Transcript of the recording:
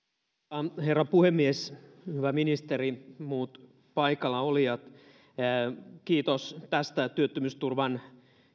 arvoisa herra puhemies hyvä ministeri ja muut paikalla olijat kiitos tästä työttömyysturvan